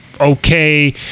okay